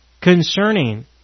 concerning